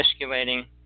escalating